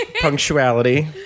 punctuality